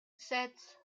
sept